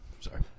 Sorry